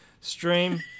stream